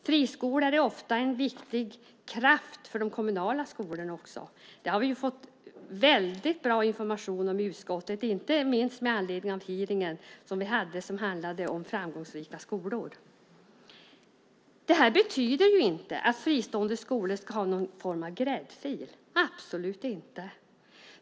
Friskolor är ofta en viktig kraft för de kommunala skolorna också. Det har vi fått väldigt bra information om i utskottet, inte minst med anledning av den hearing vi hade som handlade om framgångsrika skolor. Det här betyder ju inte att fristående skolor ska ha någon form av gräddfil, absolut inte.